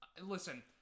Listen